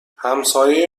همسایه